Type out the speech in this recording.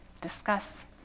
discuss